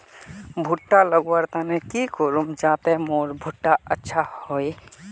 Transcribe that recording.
भुट्टा लगवार तने की करूम जाते मोर भुट्टा अच्छा हाई?